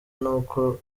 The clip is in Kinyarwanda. n’uko